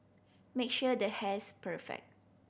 make sure the hair's perfect